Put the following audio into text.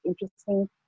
interesting